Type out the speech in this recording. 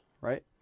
right